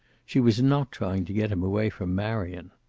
she was not trying to get him away from marion.